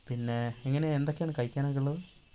പിന്നെ എങ്ങനെയാണ് എന്തൊക്കെയാണ് കഴിക്കാനൊക്കെ ഉള്ളത്